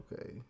okay